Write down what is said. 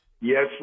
Yes